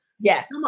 Yes